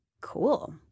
Cool